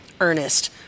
Ernest